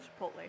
Chipotle